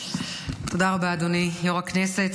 תודה רבה, אדוני יו"ר הכנסת.